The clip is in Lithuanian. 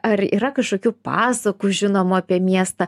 ar yra kažkokių pasakų žinoma apie miestą